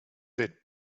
that